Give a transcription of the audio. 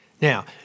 Now